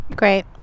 Great